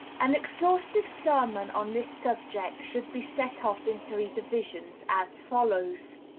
an exhaustive sermon on this subject should be set off in three divisions, as follows